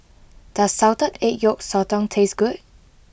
does Salted Egg Yolk Sotong taste good